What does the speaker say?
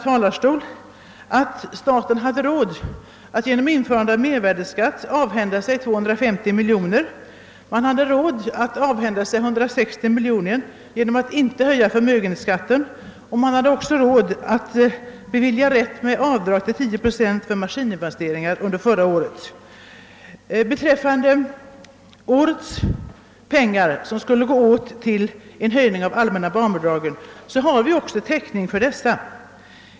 Vi påpekade att staten genom införandet av mervärdeskatt ansåg sig ha råd att avhända sig 250 miljoner kronor. Man hade råd att avhända sig 160 miljoner genom att inte höja förmögenhetsskatten och man hade också råd att bevilja 10 procents avdrag för maskininvesteringar år 1968. Beträffande de pengar som skulle gå åt till en höjning av allmänna barnbidraget i år har vi också täckning.